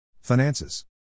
Finances